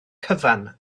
cyfan